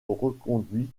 reconduit